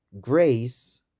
grace